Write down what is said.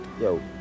Yo